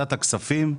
ועדת הכספים,